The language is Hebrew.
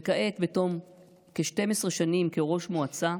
וכעת, בתום כ-12 שנים כראש מועצה,